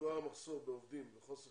מחסור בעובדים ובחוסר